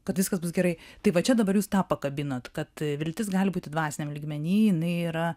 kad viskas bus gerai tai va čia dabar jūs tą pakabinot kad viltis gali būti dvasiniam lygmeny jinai yra